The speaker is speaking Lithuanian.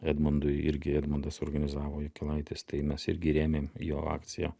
edmundui irgi edmundas organizavo jakilaitis tai mes irgi rėmėm jo akciją